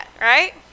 right